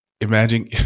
Imagine